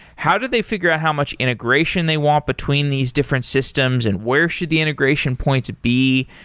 how do they figure out how much integration they want between these different systems and where should the integration points be?